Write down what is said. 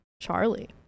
charlie